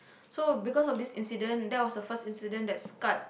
so because of this incident that was the first incident that scarred